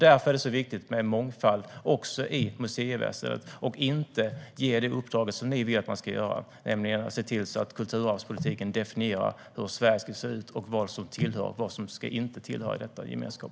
Därför är det viktigt med en mångfald också i museiväsendet och att inte ge det uppdrag som ni vill att man ska ge, nämligen att se till att kulturarvspolitiken definierar hur Sverige ska se ut och vad som tillhör och vad som inte ska tillhöra denna gemenskap.